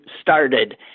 started